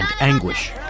anguish